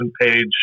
page